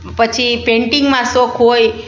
પછી પેંટિંગમાં શોખ હોય